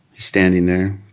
he's standing there,